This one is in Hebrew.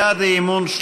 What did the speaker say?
בעד האי-אמון,